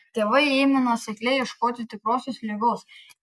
tėvai ėmė nuosekliai ieškoti tikrosios ligos